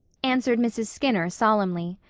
answered mrs. skinner, solemnly.